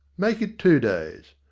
make it two days.